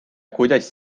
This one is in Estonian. kuidas